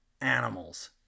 animals